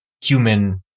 human